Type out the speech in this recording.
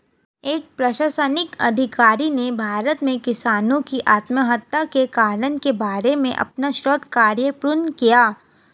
एक प्रशासनिक अधिकारी ने भारत में किसानों की आत्महत्या के कारण के बारे में अपना शोध कार्य पूर्ण किया